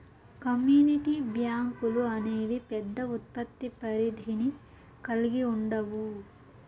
community బ్యాంకులు అనేవి పెద్ద ఉత్పత్తి పరిధిని కల్గి ఉండవు